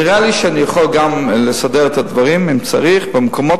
נראה לי שאני יכול גם לסדר את הדברים אם צריך במקומות